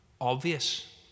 obvious